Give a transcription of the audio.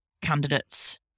candidates